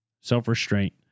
Self-restraint